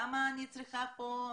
למה אני צריכה פה מתווכים,